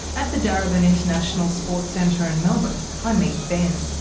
at the darebin international sports centre in melbourne, i meet ben.